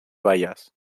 baies